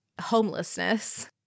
homelessness